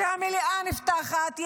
שהמליאה נפתחת,